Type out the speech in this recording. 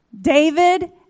David